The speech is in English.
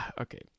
Okay